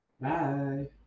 Bye